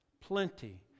plenty